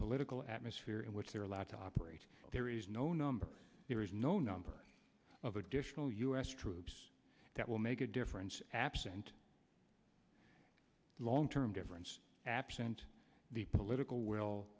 political atmosphere in which they're allowed to operate there is no number there is no number of additional u s troops that will make a difference absent a long term difference absent the political will